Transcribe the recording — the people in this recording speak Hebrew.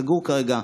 הוא סגור כרגע,